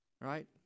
Right